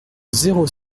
zéro